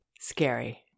scary